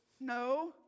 No